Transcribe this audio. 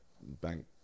Bank